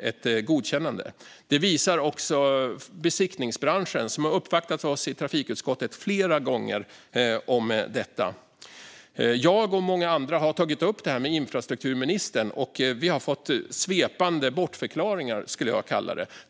ett godkännande. Det visar också besiktningsbranschen, som har uppvaktat oss i trafikutskottet flera gånger om detta. Jag och många andra har tagit upp det med infrastrukturministern. Vi har fått svepande bortförklaringar, skulle jag kalla det.